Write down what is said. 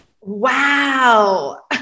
Wow